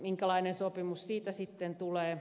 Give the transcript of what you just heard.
minkälainen sopimus siitä sitten tulee